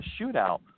shootout